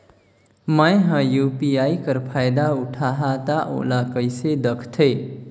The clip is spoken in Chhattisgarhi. मैं ह यू.पी.आई कर फायदा उठाहा ता ओला कइसे दखथे?